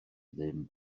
ddim